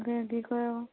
তাকে কি কৰে আৰু